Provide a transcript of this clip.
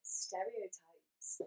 stereotypes